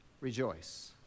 rejoice